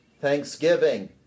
thanksgiving